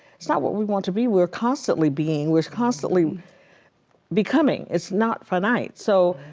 it's not what we want to be, we're constantly being, we're constantly becoming. it's not finite. so,